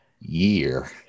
year